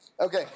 Okay